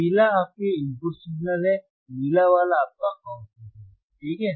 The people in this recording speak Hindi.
पीला आपके इनपुट सिग्नल है नीला वाला आपका आउटपुट है ठीक है